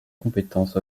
compétence